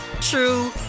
true